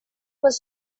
was